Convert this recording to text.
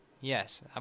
yes